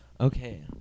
Okay